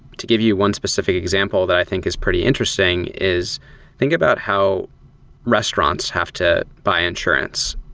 to give you one specific example that i think is pretty interesting is think about how restaurants have to buy insurance.